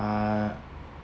uh